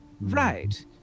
Right